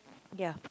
ya